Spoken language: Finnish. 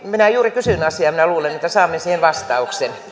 minä juuri kysyin asiaa ja minä luulen että saamme siihen vastauksen